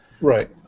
Right